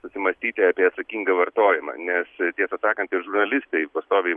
susimąstyti apie atsakingą vartojimą nes tiesą sakant ir žurnalistai pastoviai